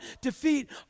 defeat